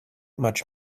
much